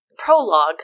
prologue